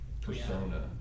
persona